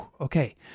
okay